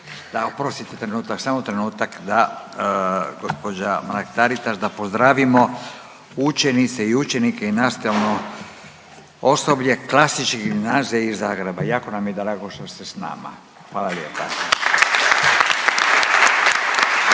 Oprostite trenutak, samo trenutak. Da gospođa Mrak Taritaš, da pozdravimo učenice i učenike i nastavno osoblje Klasične gimnazije iz Zagreba. Jako nam je drago što ste s nama, hvala lijepa.